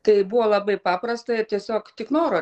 tai buvo labai paprasta ir tiesiog tik noro